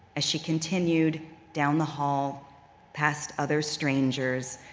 as she continued down the hall past other strangers,